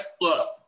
Look